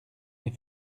les